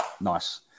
Nice